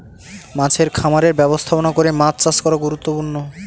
মাছের খামারের ব্যবস্থাপনা করে মাছ চাষ করা গুরুত্বপূর্ণ